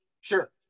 Sure